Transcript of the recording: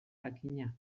jakina